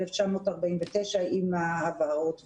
עם ההבהרות וכולי.